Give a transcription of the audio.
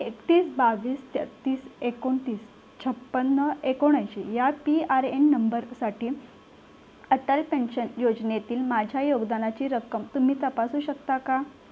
एकतीस बावीस तेहेतीस एकोणतीस छप्पन्न एकोणऐंशी या पी आर एन नंबरसाठी अटल पेन्शन योजनेतील माझ्या योगदानाची रक्कम तुम्ही तपासू शकता का